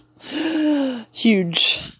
huge